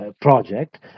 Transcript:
project